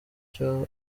icyo